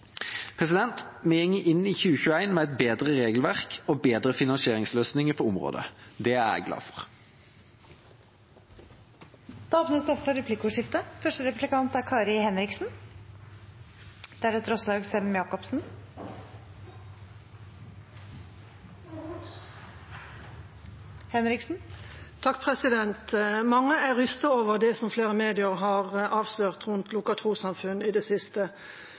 Vi går inn i 2021 med et bedre regelverk og bedre finansieringsløsninger for området. Det er jeg glad for. Det blir replikkordskifte. Mange er rystet over det flere medier har avslørt rundt lukkede trossamfunn i det siste. Statsråden har svart også meg på hvor mange tilsyn som er blitt ført med disse tros- og livssynssamfunnene de siste